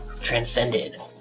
transcended